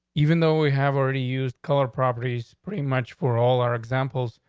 even though we have already used color properties pretty much for all our examples.